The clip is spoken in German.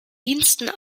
diensten